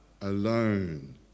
alone